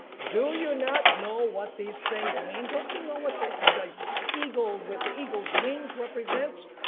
do you not know what these things mean. don't you know what the the eagle with the eagle's wings represents.